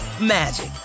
magic